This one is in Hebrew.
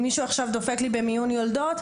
אם מישהו עכשיו דופק לי במיון יולדות,